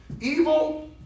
Evil